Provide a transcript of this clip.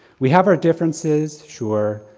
we have our differences, sure,